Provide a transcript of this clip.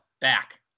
Back